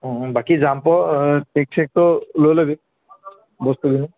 অঁ বাকী জাম্পৰ টেক চেকটো লৈ ল'বি বস্তুখিনি